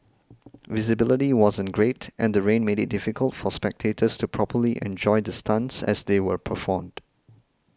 visibility wasn't great and the rain made it difficult for spectators to properly enjoy the stunts as they were performed